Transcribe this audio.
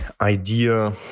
idea